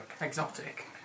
Exotic